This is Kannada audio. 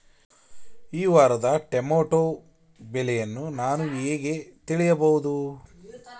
ಈ ವಾರದ ಟೊಮೆಟೊ ಬೆಲೆಯನ್ನು ನಾನು ಹೇಗೆ ತಿಳಿಯಬಹುದು?